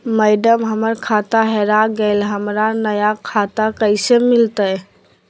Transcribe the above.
madam, हमर खाता हेरा गेलई, हमरा नया खाता कैसे मिलते